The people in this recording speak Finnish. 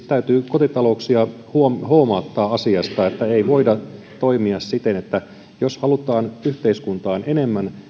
täytyy kotitalouksia huomauttaa huomauttaa asiasta että ei voida toimia siten jos halutaan yhteiskuntaan enemmän